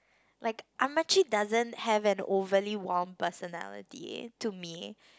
like doesn't have an overly warm personality to me